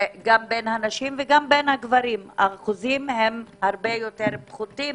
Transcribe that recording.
גם בין הנשים וגם בין הגברים האחוזים הרבה יותר פחותים